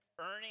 earning